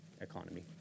economy